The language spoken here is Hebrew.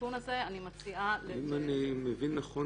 אם אני מבין נכון,